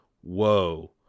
whoa